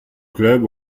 club